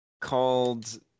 called